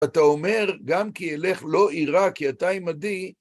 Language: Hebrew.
אתה אומר, גם כי הלך לא ירא, כי אתה עימדי,